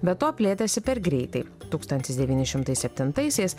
be to plėtėsi per greitai tūkstantis devyni šimtai septintaisiais